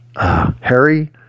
Harry